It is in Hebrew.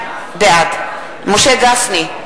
בעד משה גפני,